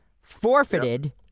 forfeited